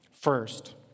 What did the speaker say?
First